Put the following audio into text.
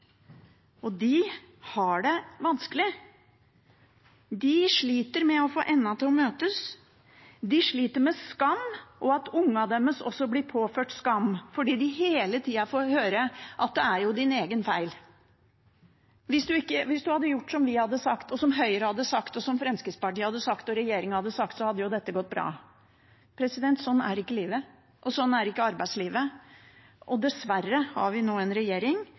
kutt. De har det vanskelig og sliter med å få endene til å møtes, de sliter med skam og med at barna deres bli påført skam, fordi de hele tiden får høre at det er deres egen feil. Hvis de hadde gjort som vi hadde sagt – som Høyre, Fremskrittspartiet og regjeringen hadde sagt – hadde dette gått bra. Slik er ikke livet, slik er ikke arbeidslivet. Dessverre har vi nå en regjering